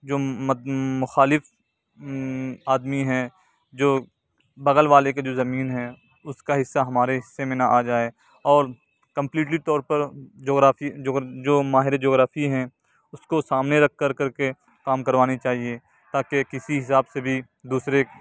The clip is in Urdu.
جو مخالف آدمی ہیں جو بغل والے کے جو زمین ہے اس کا حصہ ہمارے حصے میں نہ آ جائے اور کمپلیٹلی طور پر جغرافی جو ماہر جغرافی ہیں اس کو سامنے رکھ کر کر کے کام کروانے چاہیے تاکہ کسی حساب سے بھی دوسرے